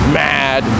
mad